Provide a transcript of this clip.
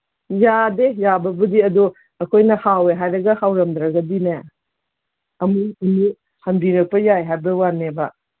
ꯌꯥꯗꯦ ꯌꯥꯕꯕꯨꯗꯤ ꯑꯗꯣ ꯑꯩꯈꯣꯏꯅ ꯍꯥꯎꯋꯤ ꯍꯥꯏꯔꯒ ꯍꯥꯎꯔꯝꯗꯒꯗꯤꯅꯦ ꯑꯃꯨꯛ ꯍꯟꯕꯤꯔꯛꯄ ꯌꯥꯏ ꯍꯥꯏꯕꯒꯤ ꯋꯥꯅꯦꯕ